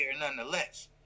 nonetheless